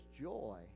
joy